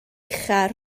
uchaf